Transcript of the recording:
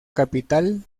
capital